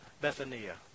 Bethania